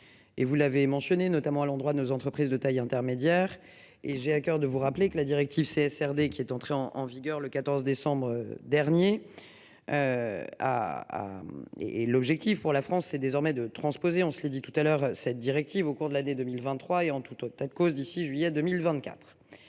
Et vous l'avez mentionné, notamment à l'endroit de nos entreprises de taille intermédiaire et j'ai à coeur de vous rappeler que la directive c'est SRD qui est entré en en vigueur le 14 décembre dernier. Ah ah et et l'objectif pour la France est désormais de transposer. On se les dit tout à l'heure cette directive au cours de l'année 2023 et en toute autre à cause d'ici juillet 2024.